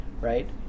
right